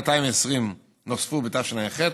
220 נוספו בתשע"ח,